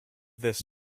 this